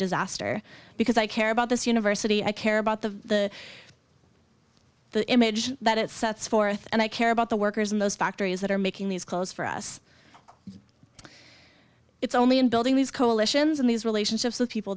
disaster because i care about this university i care about the image that it sets forth and i care about the workers in those factories that are making these calls for us it's only in building these coalitions in these relationships of people